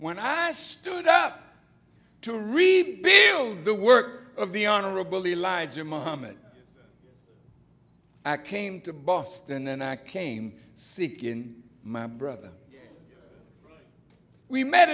when i stood up to rebuild the work of the honorable elijah muhammad i came to boston and i came sit in my brother we met